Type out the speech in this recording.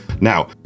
Now